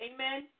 Amen